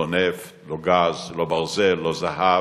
לא נפט, לא גז, לא ברזל, לא זהב.